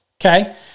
okay